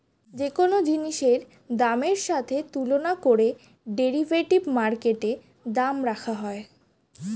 যে কোন জিনিসের দামের সাথে তুলনা করে ডেরিভেটিভ মার্কেটে দাম রাখা হয়